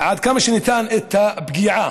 עד כמה שניתן את הפגיעה